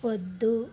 వద్దు